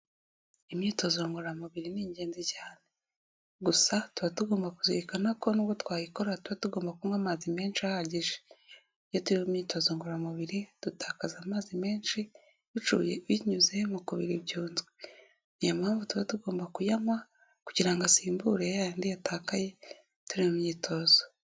Imyitozo ngororamubiri ni ingenzi cyane, gusa tuba tugomba kuzirikana ko nubwo twayikora tuba tugomba kunywa amazi menshi ahagije, iyo turi mu myitozo ngororamubiri dutakaza amazi menshi binyuze mu kubirira byunzwe niyo mpamvu tuba tugomba kuyanywa kugira ngo asimbure y'ayandi yatakaye turi mu myitozo.